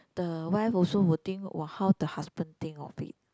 the wife also will think [wah] how the husband think of it